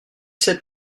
sept